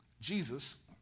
Jesus